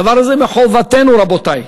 הדבר הזה מחובתנו, רבותי.